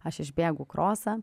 aš išbėgu krosą